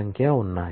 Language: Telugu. సంఖ్య ఉన్నాయి